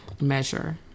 measure